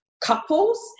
couples